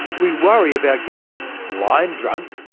we worry about getting blind drunk.